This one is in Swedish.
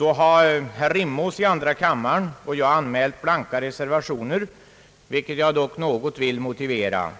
har herr Rimås i andra kammaren och jag anmält en blank reservation, vilket jag något vill motivera.